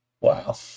Wow